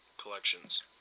collections